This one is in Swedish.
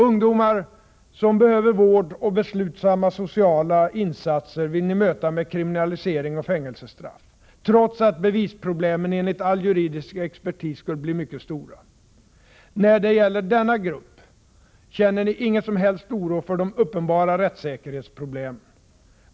Ungdomar som behöver vård och beslutsamma sociala insatser vill ni möta med kriminalisering och fängelsestraff — trots att bl.a. bevisproblemen enligt all juridisk expertis skulle bli mycket stora. När det gäller denna grupp känner ni ingen som helst oro inför de uppenbara rättssäkerhetsproblemen.